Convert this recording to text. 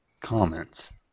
comments